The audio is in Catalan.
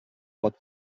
pot